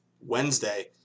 Wednesday